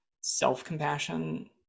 self-compassion